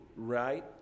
right